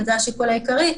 וזה השיקול העיקרי,